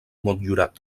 motllurat